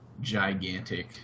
gigantic